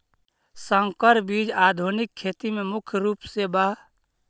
संकर बीज आधुनिक खेती में मुख्य रूप से बा